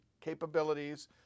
capabilities